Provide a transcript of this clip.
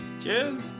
Cheers